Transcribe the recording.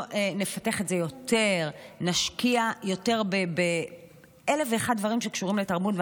לא נפתח את זה יותר ונשקיע יותר באלף ואחד דברים שקשורים לתרבות?